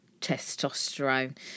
testosterone